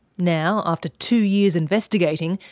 now. after two years investigating,